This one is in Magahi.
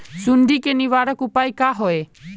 सुंडी के निवारक उपाय का होए?